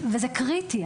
וזה קריטי.